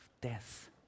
death